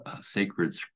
sacred